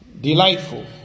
delightful